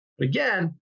Again